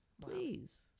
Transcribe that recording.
Please